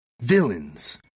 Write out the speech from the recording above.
Villains